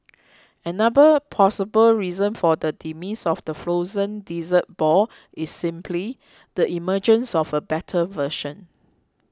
another plausible reason for the demise of the frozen dessert ball is simply the emergence of a better version